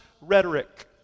rhetoric